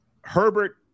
Herbert